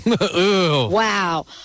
wow